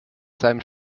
seinem